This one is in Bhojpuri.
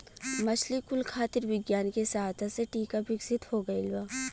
मछली कुल खातिर विज्ञान के सहायता से टीका विकसित हो गइल बा